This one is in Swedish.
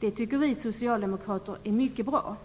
Det tycker vi socialdemokrater är mycket bra.